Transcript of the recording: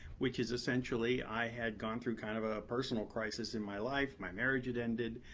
which is essentially i had gone through kind of a personal crisis in my life. my marriage had ended.